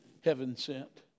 heaven-sent